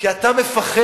כי אתה מפחד.